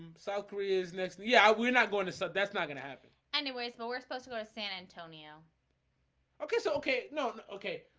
south korea is next. yeah, we're not going to sub that's not gonna happen anyways, but we're supposed to go to san antonio ok, so ok. no. ok.